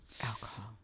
Alcohol